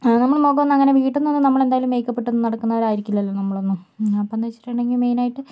നമ്മള് മുഖം ഒന്നും അങ്ങനെ വീട്ടിൽ നിന്നും നമ്മൾ എന്തായാലും മേക്കപ്പ് ഇട്ട് ഒന്നും നടക്കുന്നവരായിരിക്കില്ലല്ലോ നമ്മൾ ഒന്നും അപ്പൊന്നു വെച്ചിട്ടുണ്ടെങ്കിൽ മെയിൻ ആയിട്ട്